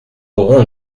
aurons